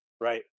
right